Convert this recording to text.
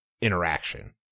interaction